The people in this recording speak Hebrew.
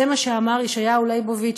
זה מה שאמר ישעיהו ליבוביץ,